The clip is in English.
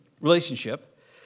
relationship